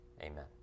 Amen